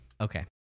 Okay